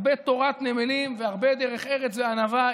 הרבה תורת נמלים והרבה דרך ארץ וענווה.